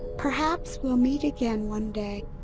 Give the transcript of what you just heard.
perhaps we'll meet again one day.